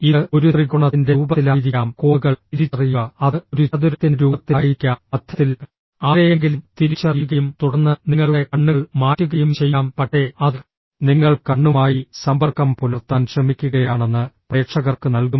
ഇത് ഒരു ത്രികോണത്തിന്റെ രൂപത്തിലായിരിക്കാം കോണുകൾ തിരിച്ചറിയുക അത് ഒരു ചതുരത്തിന്റെ രൂപത്തിലായിരിക്കാം മധ്യത്തിൽ ആരെയെങ്കിലും തിരിച്ചറിയുകയും തുടർന്ന് നിങ്ങളുടെ കണ്ണുകൾ മാറ്റുകയും ചെയ്യാം പക്ഷേ അത് നിങ്ങൾ കണ്ണുമായി സമ്പർക്കം പുലർത്താൻ ശ്രമിക്കുകയാണെന്ന് പ്രേക്ഷകർക്ക് നൽകും